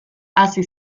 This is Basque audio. hazi